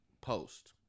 post